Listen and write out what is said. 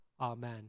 Amen